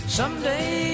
someday